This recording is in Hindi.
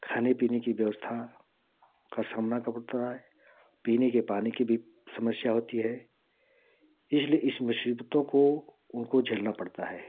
खाने पीने कि व्यवस्था का सामना का पता है पीने के पानी कि भी समस्या होती है इसलिए इस मुसीबतों को उनको झेलना पड़ता है